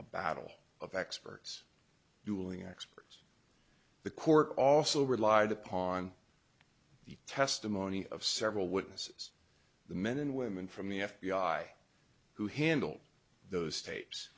a battle of experts dueling experts the court also relied upon the testimony of several witnesses the men and women from the f b i who handled those tapes